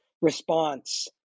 response